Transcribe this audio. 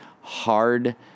hard